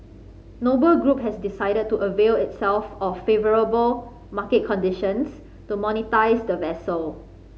Noble Group has decided to avail itself of favourable market conditions to monetise the vessel